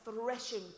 threshing